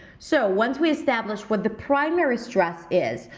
so once we establish what the primary stress is,